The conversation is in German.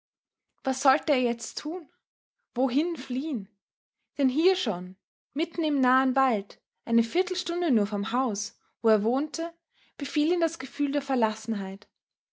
was sollte er jetzt tun wohin fliehen denn hier schon mitten im nahen wald eine viertelstunde nur vom haus wo er wohnte befiel ihn das gefühl der